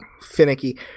finicky